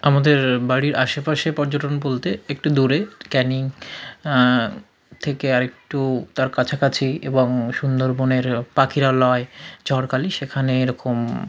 আমাদের বাড়ির আশেপাশে পর্যটন বলতে একটু দূরে ক্যানিং থেকে আরেকটু তার কাছাকাছি এবং সুন্দরবনের পাখিরালয় ঝড়খালি সেখানে এরকম